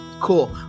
cool